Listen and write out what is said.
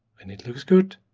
when it looks good,